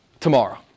tomorrow